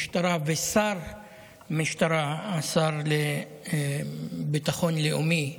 משטרה ושר משטרה, השר לביטחון לאומי,